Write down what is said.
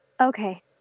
Okay